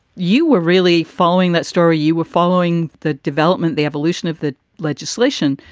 you were really following that story. you were following the development, the evolution of the legislation.